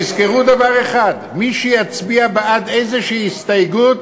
תזכרו דבר אחד: מי שיצביע בעד איזושהי הסתייגות